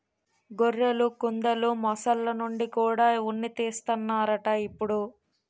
గొర్రెలు, కుందెలు, మొసల్ల నుండి కూడా ఉన్ని తీస్తన్నారట ఇప్పుడు